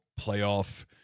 playoff